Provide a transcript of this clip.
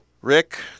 Rick